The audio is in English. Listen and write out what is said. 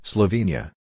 Slovenia